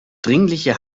dringliche